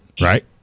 Right